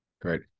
Great